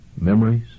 memories